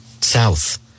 south